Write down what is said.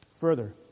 Further